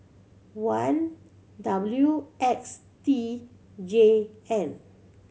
one W X T J N